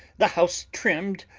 the house trimmed,